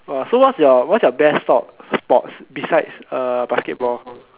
oh so what's your what's your best sport sports beside uh basketball